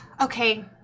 Okay